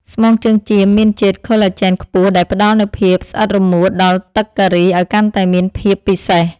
ស្មងជើងចៀមមានជាតិខូឡាជែនខ្ពស់ដែលផ្តល់នូវភាពស្អិតរមួតដល់ទឹកការីឱ្យកាន់តែមានភាពពិសេស។